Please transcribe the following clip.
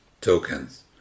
tokens